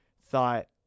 thought